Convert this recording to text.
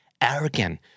Arrogant